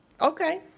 okay